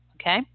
okay